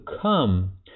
come